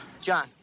John